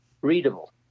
readable